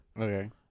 Okay